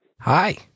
Hi